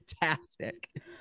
fantastic